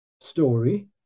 story